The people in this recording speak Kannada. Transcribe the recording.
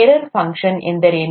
ಏರರ್ ಫಂಕ್ಷನ್ ಎಂದರೇನು